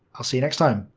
i'll see you next time.